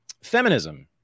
Feminism